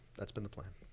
that's been the plan.